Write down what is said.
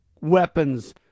weapons